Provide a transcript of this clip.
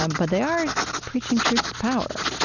um but they are preaching truth to power.